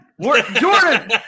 jordan